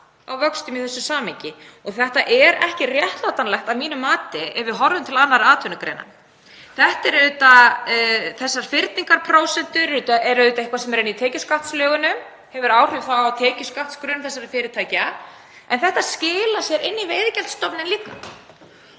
á vöxtum í þessu samhengi og þetta er ekki réttlætanlegt ef við horfum til annarra atvinnugreina. Þessar fyrningarprósentur eru auðvitað eitthvað sem er inni í tekjuskattslögunum, hefur áhrif á tekjuskattsgrunn þessara fyrirtækja, en þetta skilar sér líka inn í veiðigjaldsstofninn.